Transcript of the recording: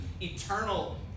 eternal